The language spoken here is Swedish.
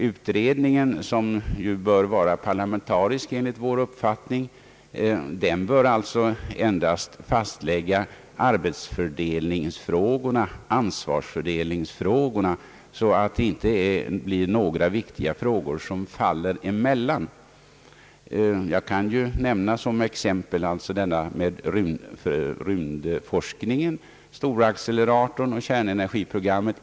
Utredningen, som ju bör vara parlamentarisk enligt vår uppfattning, bör alltså endast fastlägga arbetsfördelningsfrågorna och ansvarsfördelningsfrågorna så att det inte blir några viktiga frågor som faller emellan. Jag kan som exempel nämna rymdforskningen, storacceleratorn och kärnenergiprogrammet.